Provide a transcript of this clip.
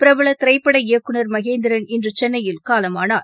பிரபலதிரைப்பட இயக்குனர் மகேந்திரன் இன்றுசென்னையில் காலமானார்